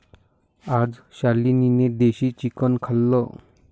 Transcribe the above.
आज शालिनीने देशी चिकन खाल्लं